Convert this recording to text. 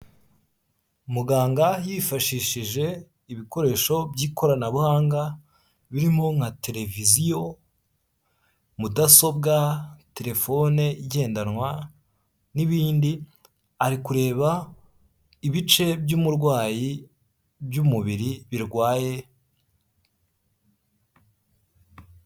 Muganga yifashishije ibikoresho by'ikoranabuhanga birimo nka televiziyo, mudasobwa, telefone igendanwa n'ibindi ari kureba ibice by'umurwayi by'umubiri birwaye.